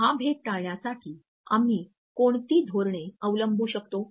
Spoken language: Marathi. तर हा भेद टाळण्यासाठी आम्ही कोणती धोरणे अवलंबू शकतो